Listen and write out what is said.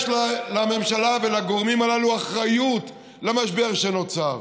יש לממשלה ולגורמים הללו אחריות למשבר שנוצר.